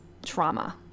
trauma